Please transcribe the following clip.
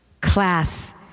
Class